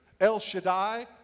El-Shaddai